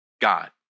God